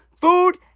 Food